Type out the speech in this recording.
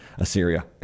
Assyria